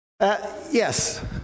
Yes